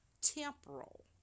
temporal